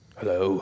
Hello